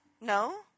No